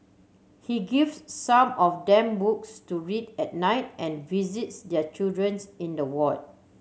he gives some of them books to read at night and visits their children's in the ward